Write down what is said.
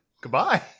Goodbye